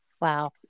wow